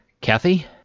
Kathy